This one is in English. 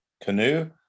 canoe